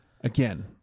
again